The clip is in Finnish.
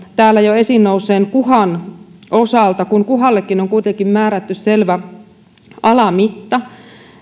täällä jo esiin nousseen kuhan osalta että kun kuhallekin on kuitenkin määrätty selvä alamitta